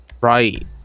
right